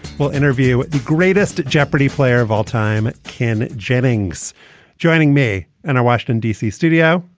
well, interview the greatest jeopardy player of all time ken jennings joining me in our washington, d c. studio.